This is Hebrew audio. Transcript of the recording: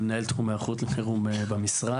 מנהל תחום היערכות לחירום במשרד.